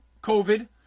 COVID